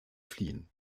fliehen